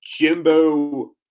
Jimbo